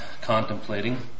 contemplating